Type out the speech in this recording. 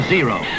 Zero